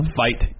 fight